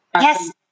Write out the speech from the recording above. Yes